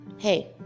Hey